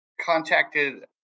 contacted